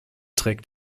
trägt